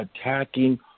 attacking